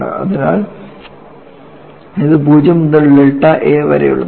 അതിനാൽ ഇത് 0 മുതൽ ഡെൽറ്റ a വരെയുള്ളതാണ്